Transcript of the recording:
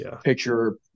picture